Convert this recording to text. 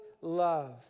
love